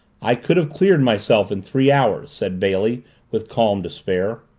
i could have cleared myself in three hours, said bailey with calm despair.